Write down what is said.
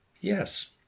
Yes